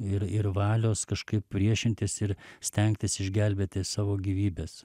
ir ir valios kažkaip priešintis ir stengtis išgelbėti savo gyvybes